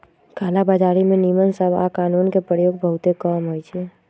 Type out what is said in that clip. कला बजारी में नियम सभ आऽ कानून के प्रयोग बहुते कम होइ छइ